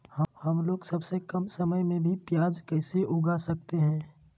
हमलोग सबसे कम समय में भी प्याज कैसे उगा सकते हैं?